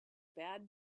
bad